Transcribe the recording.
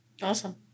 awesome